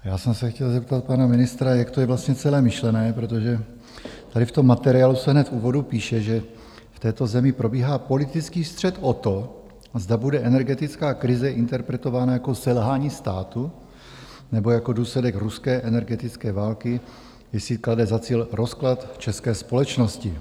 Já jsem se chtěl zeptat pana ministra, jak to je vlastně celé myšlené, protože tady v tom materiálu se hned v úvodu píše, že v této zemi probíhá politický střet o to, zda bude energetická krize interpretována jako selhání státu, nebo jako důsledek ruské energetické války, kdy si klade za cíl rozklad české společnosti.